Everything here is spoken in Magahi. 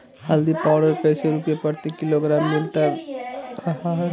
हल्दी पाउडर कैसे रुपए प्रति किलोग्राम मिलता रहा है?